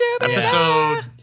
Episode